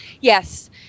yes